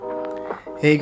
Hey